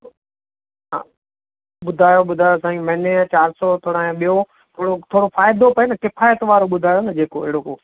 हा ॿुधायो ॿुधायो साईं महीने जा चारि सौ थोरा ऐं ॿियो थोरो थोरो फ़ाइदो पए न किफ़ाइत वारो ॿुधायो न जेको अहिड़ो को